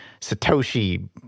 Satoshi